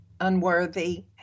unworthy